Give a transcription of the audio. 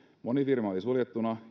moni firma oli suljettuna